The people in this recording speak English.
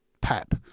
pap